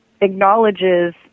acknowledges